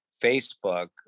Facebook